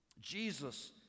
Jesus